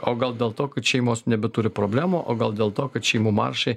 o gal dėl to kad šeimos nebeturi problemų o gal dėl to kad šeimų maršai